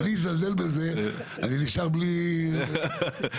אם אני אזלזל בזה, אני נשאר בלי ---- פרנסה.